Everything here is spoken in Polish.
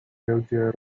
będzie